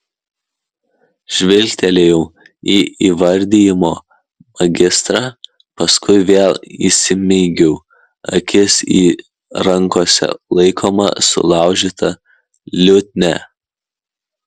žvilgtelėjau į įvardijimo magistrą paskui vėl įsmeigiau akis į rankose laikomą sulaužytą liutnią